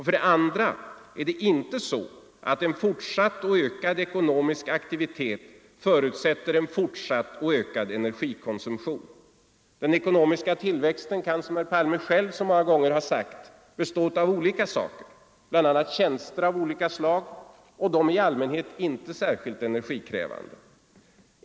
För det andra är det inte så att en fortsatt och ökad ekonomisk aktivitet förutsätter en fortsatt och ökad energikonsumtion. Den ekonomiska tillväxten kan, som herr Palme själv så många gånger har sagt, bestå av olika saker, bl.a. tjänster av olika slag, och de är i allmänhet inte särskilt energikrävande.